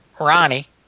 Ronnie